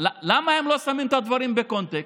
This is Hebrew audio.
למה הם לא שמים את הדברים בקונטקסט?